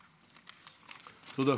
תודה.